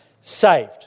saved